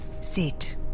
Sit